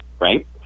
right